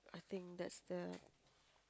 I think that's that